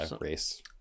race